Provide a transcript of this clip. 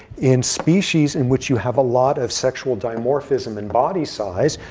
in species in which you have a lot of sexual dimorphism in body size,